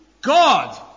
God